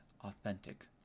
authentic